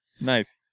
Nice